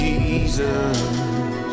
Jesus